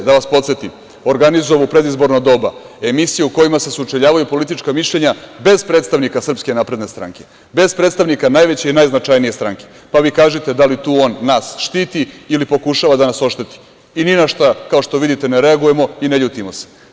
Da vas podsetim, RTS je organizovao u predizborno doba emisiju u kojima se sučeljavaju politička mišljenja bez predstavnika SNS, bez predstavnika najveće i najznačajnije stranke, pa vi kažite da li tu on nas štiti ili pokušava da nas ošteti i ni na šta, kao što vidite, ne reagujemo i ne ljutimo se.